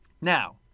Now